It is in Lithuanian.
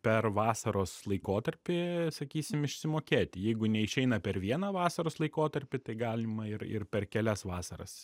per vasaros laikotarpį sakysim išsimokėti jeigu neišeina per vieną vasaros laikotarpį tai galima ir ir per kelias vasaras